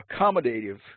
accommodative